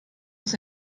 aus